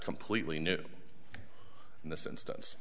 completely new in this instance